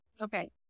Okay